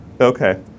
okay